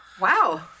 wow